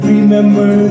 Remember